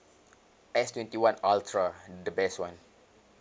S twenty one ultra the best one